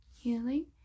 healing